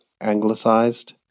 anglicized